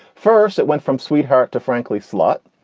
first it went from sweetheart to, frankly, slut.